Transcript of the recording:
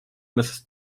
mrs